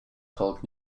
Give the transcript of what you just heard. called